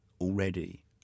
already